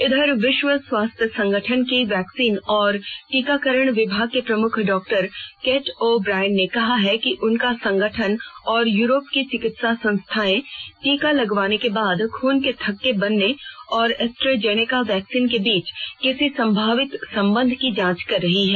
इधर विश्व स्वास्थ्य संगठन के वैक्सीन और टीकाकरण विभाग के प्रमुख डॉक्टर केट ओ ब्रायन ने कहा है कि उनका संगठन और यूरोप की चिकित्सा संस्थाएं टीका लगवाने के बाद खून के थक्के बनने और एस्ट्रेजेनेका वैक्सीन के बीच किसी संभावित संबंध की जांच कर रही हैं